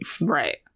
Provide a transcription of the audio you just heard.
Right